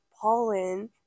pollen